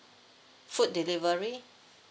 food delivery